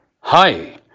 Hi